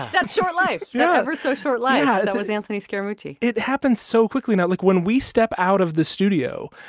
that short life yeah that ever so short life. yeah. that was anthony scaramucci it happened so quickly. now, like, when we step out of the studio.